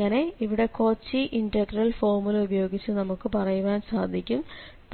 അങ്ങനെ ഇവിടെ Cauchy integral formula ഉപയോഗിച്ച് നമുക്ക് പറയുവാൻ സാധിക്കും